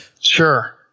Sure